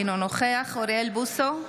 אינו נוכח אוריאל בוסו,